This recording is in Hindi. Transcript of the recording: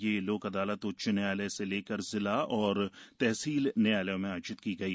यह लोग अदालत उच्च न्यायालय से लेकर जिला एवं तहसील न्यायालयों में आयोजित की गई